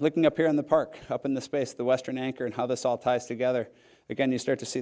looking up here in the park up in the space the western anchor and how this all ties together again you start to see